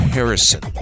Harrison